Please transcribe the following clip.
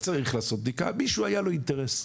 וצריך לעשות בדיקה למישהו היה אינטרס.